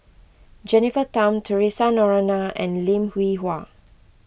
Jennifer Tham theresa Noronha and Lim Hwee Hua